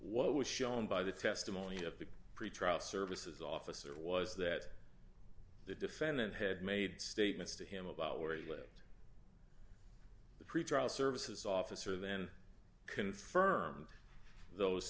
what was shown by the testimony of the pretrial services officer was that the defendant had made statements to him about where he lived the pretrial services officer then confirmed those